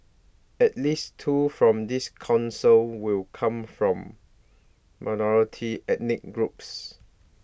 at least two from this Council will come from minority ethnic groups